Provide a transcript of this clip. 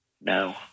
No